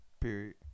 Period